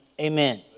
Amen